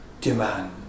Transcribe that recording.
demand